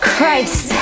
Christ